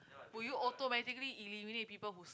would you automatically eliminate people who s~